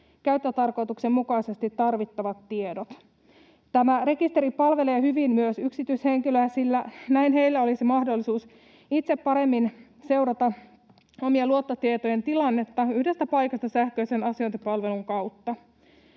käyttötarkoituksen mukaisesti tarvittavat tiedot. Tämä rekisteri palvelee hyvin myös yksityishenkilöjä, sillä näin heillä olisi mahdollisuus itse paremmin seurata omien luottotietojen tilannetta yhdestä paikasta sähköisen asiointipalvelun kautta.